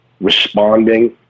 responding